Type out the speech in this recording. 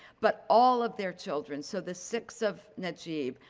but all of their children, so the six of najeeb,